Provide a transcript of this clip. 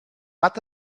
gat